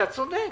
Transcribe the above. אתה צודק,